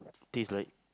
taste like